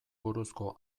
buruzko